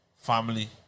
family